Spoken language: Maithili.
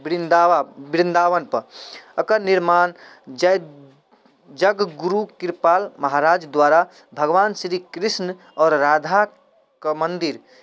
वृन्दावन वृन्दावन पर एकर निर्माण जय जग गुरु कृपाल महराज द्वारा भगवान श्री कृष्ण आओर राधाके मन्दिर